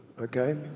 Okay